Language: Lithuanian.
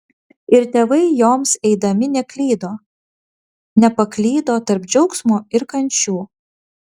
ir tėvai joms eidami neklydo nepaklydo tarp džiaugsmo ir kančių